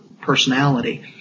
personality